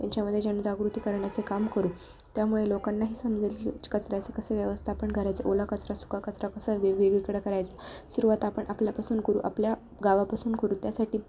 त्यांच्यामध्ये जनजागृती करण्याचे काम करू त्यामुळे लोकांनाही समजेल की कचऱ्याचं कसे व्यवस्थापन करायचं ओला कचरा सुका कचरा कसा वेगेगवेगळी कडं करायचा सुरुवात आपण आपल्यापासून करू आपल्या गावापासून करू त्यासाठी